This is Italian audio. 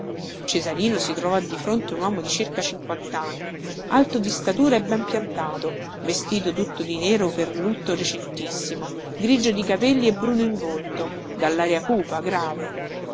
cesarino si trovò di fronte un uomo di circa cinquantanni alto di statura e ben piantato vestito tutto di nero per lutto recentissimo grigio di capelli e bruno in volto dallaria cupa grave